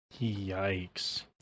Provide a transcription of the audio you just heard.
Yikes